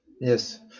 yes